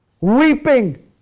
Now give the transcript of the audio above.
weeping